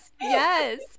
yes